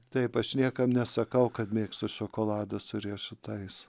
taip aš niekam nesakau kad mėgstu šokoladą su riešutais